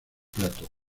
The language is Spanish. plato